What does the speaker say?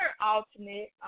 alternate